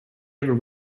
ever